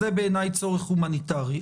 זה צורך הומניטרי.